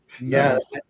yes